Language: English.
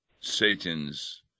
Satan's